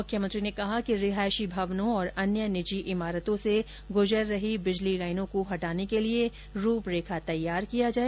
मुख्यमंत्री ने कहा कि रिहायशी भवनों तथा अन्य निजी इमारतों से गुजर रही बिजली लाइनों को हटाने के लिए रूपरेखा तैयार की जाए